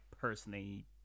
personally